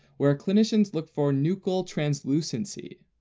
where clinicians look for nuchal translucency,